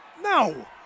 No